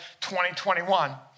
2021